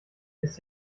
ist